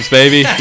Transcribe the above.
baby